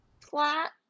flat